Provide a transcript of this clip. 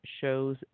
shows